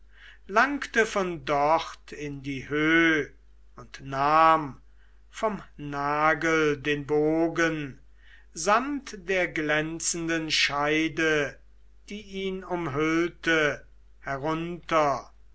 langte von dort in die höh und nahm vom nagel den bogen samt der glänzenden scheide die ihn umhüllte herunter